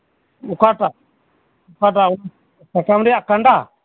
ᱚᱠᱟᱴᱟᱜ ᱚᱠᱟᱴᱟᱜ ᱯᱨᱚᱛᱷᱚᱢ ᱨᱮᱱᱟᱜ ᱠᱟᱸᱰᱟ